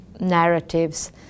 narratives